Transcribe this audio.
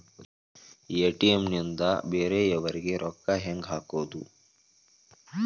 ATM ನಿಂದ ಬೇರೆಯವರಿಗೆ ರೊಕ್ಕ ಹೆಂಗ್ ಹಾಕೋದು?